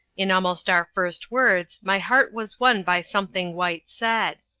in almost our first words my heart was won by something white said.